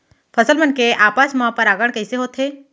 फसल मन के आपस मा परागण कइसे होथे?